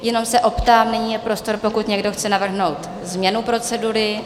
Jenom se optám: nyní je prostor, pokud někdo chce navrhnout změnu procedury.